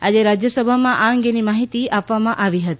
આજે રાજયસભામાં આ અંગેની માહીતી આપવામાં આવી હતી